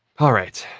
alright.